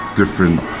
different